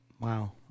wow